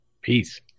Peace